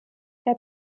herr